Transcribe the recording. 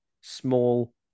small